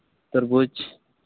ᱛᱚᱨᱢᱩᱡᱽ